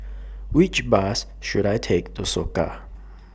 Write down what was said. Which Bus should I Take to Soka